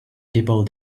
people